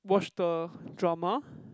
watch the drama